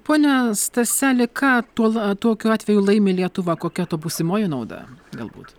pone staseli ką tuo la tokiu atveju laimi lietuva kokia to būsimoji nauda galbūt